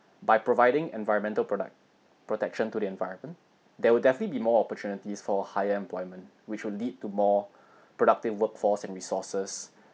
by providing environmental product protection to the environment there will definitely be more opportunities for higher employment which will lead to more productive workforce and resources